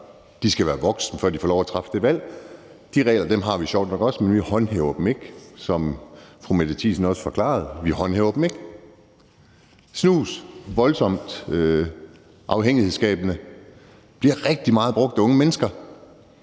De skal være voksne, før de får lov at træffe det valg. De regler har vi sjovt nok også, men vi håndhæver dem ikke, som fru Mette Thiesen også forklarede. Vi håndhæver dem ikke. Snus, der er voldsomt afhængighedsskabende, bliver brugt rigtig meget af unge mennesker.